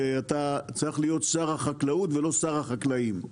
אתה צריך להיות שר החקלאות ולא שר החקלאים.